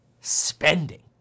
spending